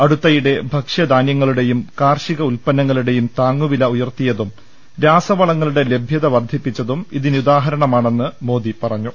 അടുത്തയിടെ ഭക്ഷ്യധാനൃങ്ങളുടേയും കാർഷിക ഉൽപ്പന്ന ങ്ങളുടേയും താങ്ങുവില ഉയർത്തിയതും രാസവളങ്ങളുടെ ലഭ്യത വർദ്ധി പ്പിച്ചതും ഇതിനുദാഹരണമാണെന്ന് മോദി പറഞ്ഞു